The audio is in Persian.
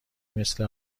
مثل